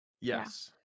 Yes